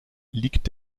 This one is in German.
liegt